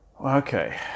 Okay